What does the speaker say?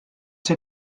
see